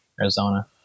arizona